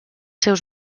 seus